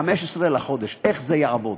ב-15 בחודש, איך זה יעבוד?